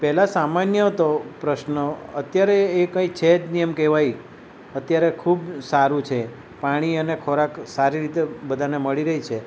પહેલાં સામાન્ય હતો પ્રશ્ન અત્યારે એ કંઈ છે જ નહીં એમ કહેવાય અત્યારે ખૂબ સારું છે પાણી અને ખોરાક સારી રીતે બધાને મળી રહી છે